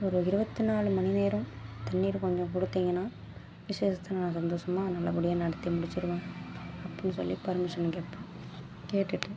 ஒரு இருபத்திநாலு மணி நேரம் தண்ணீர் கொஞ்சம் கொடுத்திங்கன்னா விசேஷத்தை நாங்கள் சந்தாஷமாக நல்லபடியாக நடத்தி முடித்திடுவேன் அப்படின்னு சொல்லி பெர்மிஷன் கேட்பேன் கேட்டுட்டு